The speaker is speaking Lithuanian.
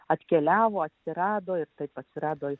atkeliavo atsirado taip atsirado